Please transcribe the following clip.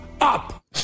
up